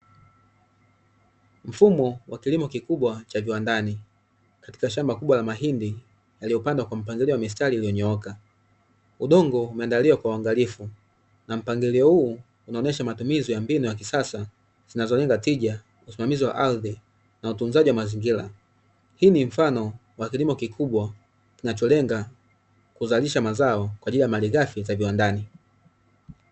Mfumo wa kilimo kikubwa cha viwandani katika shamba kubwa la mahindi yaliyopandwa kwa mistari iliyo nyooka, udongo umeandaliwa kwa uangalifu na mpangilio huu unaonyesha matumizi ya mbinu ya kisasa zinazolenga tija, usimamizi wa ardhi na utunzaji wa mazingira. Hii ni mfano wa kilimo kikubwa kinacholenga kuzalisha mazao kwa ajili ya malighafi za viwandani.